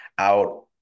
out